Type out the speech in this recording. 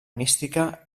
mística